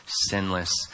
sinless